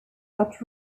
out